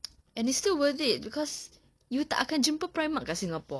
and it's still worth it because you tak akan jumpa primark dekat singapore